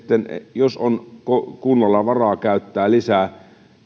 jos on kunnalla varaa käyttää lisää